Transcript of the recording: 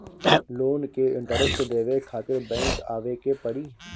Loan के interest देवे खातिर बैंक आवे के पड़ी?